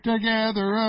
together